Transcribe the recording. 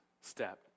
step